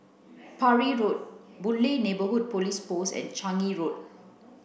Parry Road Boon Lay Neighbourhood Police Post and Changi Road